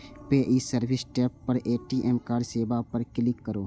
फेर ई service tab पर ए.टी.एम कार्ड सेवा पर क्लिक करू